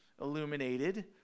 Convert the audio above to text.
illuminated